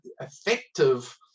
effective